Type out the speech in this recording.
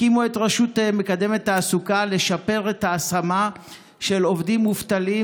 הקימו את רשות מקדמת תעסוקה לשפר את ההשמה של עובדים מובטלים,